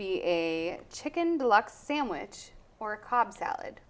be a chicken deluxe sandwich or a cobb salad